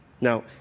Now